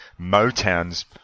Motown's